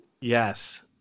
Yes